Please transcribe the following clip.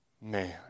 man